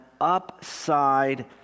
upside